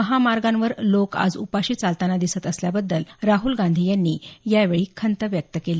महामार्गांवर लोक आज उपाशी चालताना दिसत असल्याबद्दल राहूल गांधी यावेळी खंत व्यक्त केली